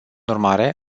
urmare